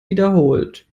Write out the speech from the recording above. wiederholt